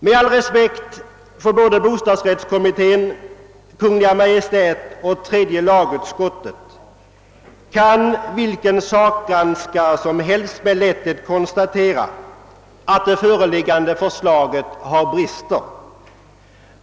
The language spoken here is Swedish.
Med all respekt för såväl bostadsrättskommittén som Kungl. Maj:t och tredje lagutskottet vill jag säga att vilken sakgranskare som helst med lätthet kan konstatera att det föreliggande förslaget har sina brister.